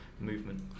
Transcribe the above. movement